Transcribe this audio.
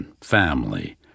family